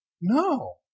No